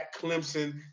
Clemson